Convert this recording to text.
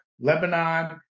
Lebanon